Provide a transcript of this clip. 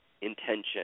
intention